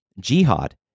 Jihad